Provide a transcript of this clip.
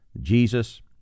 Jesus